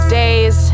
days